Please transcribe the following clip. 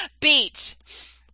Beach